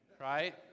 right